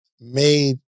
made